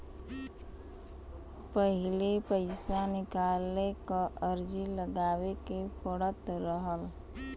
पहिले पइसा निकाले क अर्जी लगावे के पड़त रहल